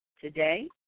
today